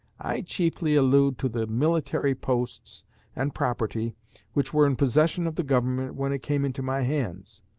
i chiefly allude to the military posts and property which were in possession of the government when it came into my hands.